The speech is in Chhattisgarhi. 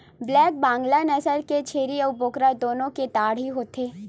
ब्लैक बंगाल नसल के छेरी अउ बोकरा दुनो के डाढ़ही होथे